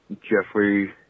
Jeffrey